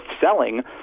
selling